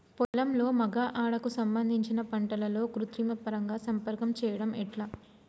పొలంలో మగ ఆడ కు సంబంధించిన పంటలలో కృత్రిమ పరంగా సంపర్కం చెయ్యడం ఎట్ల?